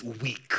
weak